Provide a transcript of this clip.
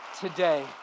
today